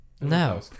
no